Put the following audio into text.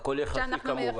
הכול יחסי כמובן.